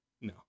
No